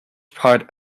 part